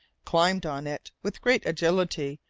climbed on it with great agility,